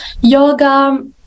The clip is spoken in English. yoga